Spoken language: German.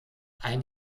ein